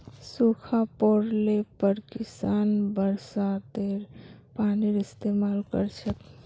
सूखा पोड़ले पर किसान बरसातेर पानीर इस्तेमाल कर छेक